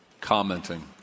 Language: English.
commenting